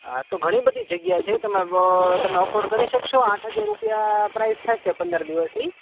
હા તો ઘણી બધી જગ્યા છે તમે તમે અફોર્ડ કરી શકશો આઠ હજાર રૂપિયા પ્રાઇઝ થશે પંદર દિવસની